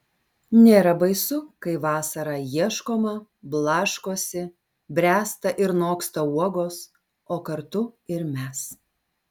nėra baisu kai vasarą ieškoma blaškosi bręsta ir noksta uogos o kartu ir mes